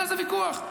לכן, אין ויכוח,